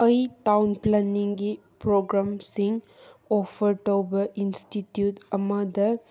ꯑꯩ ꯇꯥꯎꯟ ꯄ꯭ꯂꯥꯟꯅꯤꯡꯒꯤ ꯄ꯭ꯔꯣꯒꯥꯝꯁꯤꯡ ꯑꯣꯐꯔ ꯇꯧꯕ ꯏꯟꯁꯇꯤꯇ꯭ꯌꯨꯠ ꯑꯃꯗ